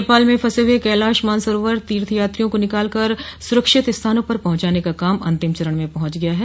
नेपाल में फंसे हुए कैलाश मानसरोवर तीर्थ यात्रियों को निकाल कर सुरक्षित स्थानों पर पहुंचाने का काम अंतिम चरण में पहुंच गया है